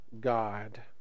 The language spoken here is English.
God